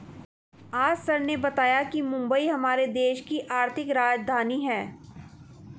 आज सर ने बताया कि मुंबई हमारे देश की आर्थिक राजधानी है